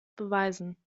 beweisen